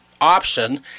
option